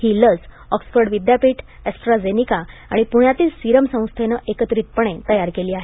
ही लस ऑक्सफर्ड विद्यापीठ ऍस्ट्राझेनिका आणि पुण्यातील सिरम संस्थेनं एकत्रितपणे तयार केली आहे